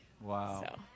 Wow